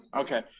Okay